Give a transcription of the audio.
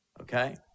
Okay